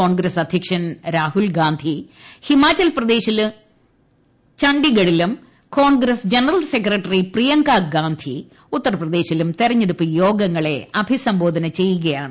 കോൺഗ്രസ് അധൃക്ഷൻ രാഹുൽഗാന്ധി ഹിമാചൽ പ്രദേശിലും ചണ്ഡിഗഡിലും കോൺഗ്രസ് ജനറൽ സെക്രട്ടറി പ്രിയങ്കാഗാന്ധി ഉത്തർപ്രദേശിലും തെരഞ്ഞെടുപ്പ് യോഗങ്ങൾ അഭിസംബോധന ചെയ്യുകയാണ്